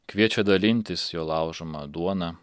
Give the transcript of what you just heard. kviečia dalintis jo laužoma duona